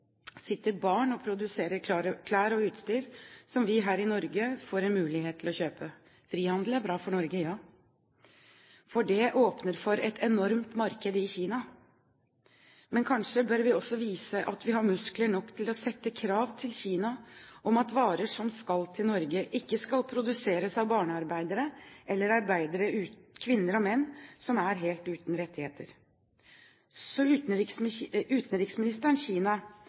sitter barn og produserer klær og utstyr som vi her i Norge får en mulighet til å kjøpe. Frihandel er bra for Norge – ja, for det åpner for et enormt marked i Kina, men kanskje bør vi også vise at vi har muskler nok til å sette krav til Kina om at varer som skal til Norge, ikke skal produseres av barnearbeidere eller kvinner og menn som er helt uten rettigheter. Så utenriksministerens Kina